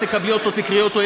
תקבלו אותו, תקראי אותו.